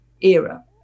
era